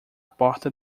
porta